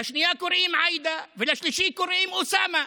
לשנייה קוראים עאידה ולשלישי קוראים אוסאמה.